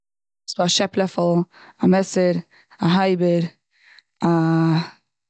ס'איז דא א שעפ לעפל, א מעסער, א הייבער, א.